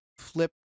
flip